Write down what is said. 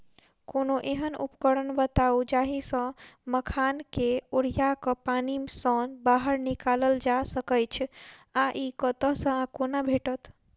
कोनों एहन उपकरण बताऊ जाहि सऽ मखान केँ ओरिया कऽ पानि सऽ बाहर निकालल जा सकैच्छ आ इ कतह सऽ आ कोना भेटत?